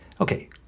Okay